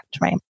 Right